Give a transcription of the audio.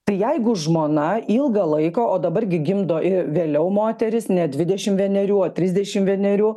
tai jeigu žmona ilgą laiką o dabar gi gimdo ir vėliau moteris ne dvidešim vienerių o trisdešim vienerių